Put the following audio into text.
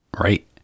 Right